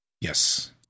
Yes